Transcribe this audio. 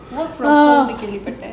work from home கேள்வி பட்டேன்:kaelvi pattaen